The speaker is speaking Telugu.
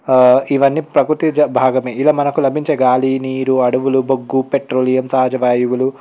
ఇవన్నీ ప్రభుత్వం భాగమే ఈడ మనకు లభించే గాలి నీరు అడవులు బొగ్గు పెట్రోలియం సహజవాయువులు